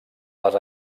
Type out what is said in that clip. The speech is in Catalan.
les